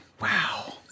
wow